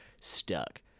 stuck